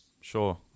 Sure